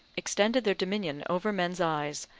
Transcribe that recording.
extended their dominion over men's eyes,